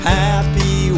happy